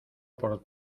por